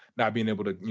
not being able to, you